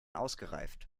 ausgereift